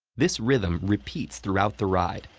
this rhythm repeats throughout the ride,